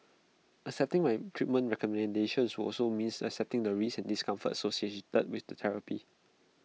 accepting my treatment recommendations would also means accepting the risks and discomfort associated with therapy